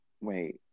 Wait